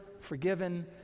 forgiven